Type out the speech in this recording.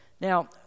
Now